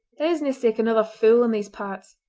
there is nae sic another fule in these parts.